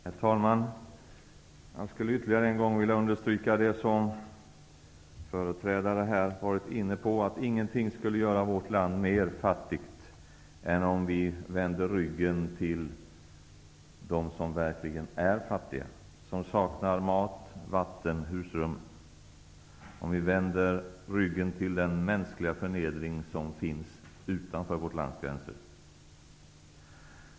Herr talman! Jag vill ytterligare en gång understryka det som företrädare här har varit inne på, nämligen att ingenting skulle göra vårt land mer fattigt än om vi vände ryggen till dem som verkligen är fattiga -- de som saknar mat, vatten och husrum -- och om vi vänder ryggen till den mänskliga förnedringen som finns utanför vårt lands gränser.